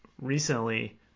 recently